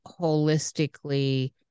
holistically